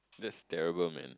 this is terrible man